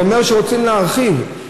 זה אומר שרוצים להרחיב.